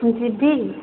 ଯିବି